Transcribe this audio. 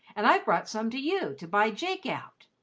and i've brought some to you to buy jake out.